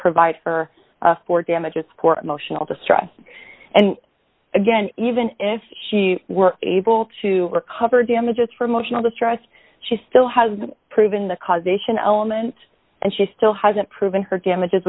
provide her for damages for emotional distress and again even if she were able to recover damages for emotional distress she still has proven the causation element and she still hasn't proven her damages